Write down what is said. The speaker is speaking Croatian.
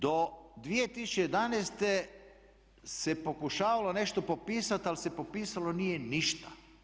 Do 2011. se pokušavalo nešto popisati, ali se popisalo nije ništa.